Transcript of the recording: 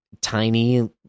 tiny